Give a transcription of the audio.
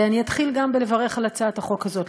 גם אני אתחיל בלברך על הצעת החוק הזאת,